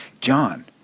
John